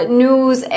news